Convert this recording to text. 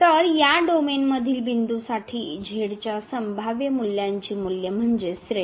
तर या डोमेनमधील बिंदूंसाठी z च्या संभाव्य मूल्यांची मूल्ये म्हणजे श्रेणी